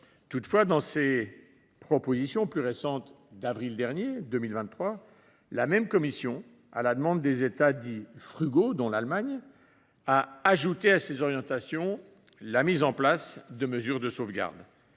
Toutefois, dans ses propositions plus récentes d’avril 2023, la même Commission européenne, à la demande des États frugaux, dont fait partie l’Allemagne, a ajouté à ces orientations la mise en place de mesures de sauvegarde.